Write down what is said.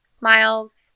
miles